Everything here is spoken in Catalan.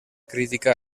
crítica